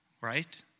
right